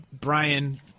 Brian